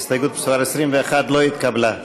הסתייגות מס' 21 לא נתקבלה.